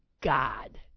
God